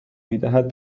میدهد